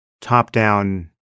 top-down